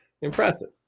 Impressive